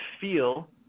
feel